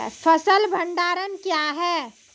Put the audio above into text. फसल भंडारण क्या हैं?